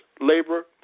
labor